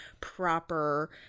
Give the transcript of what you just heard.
proper